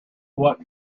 what